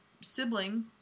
sibling